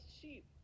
sheep